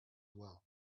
well